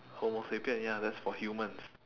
homo sapien ya that's for humans